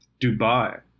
Dubai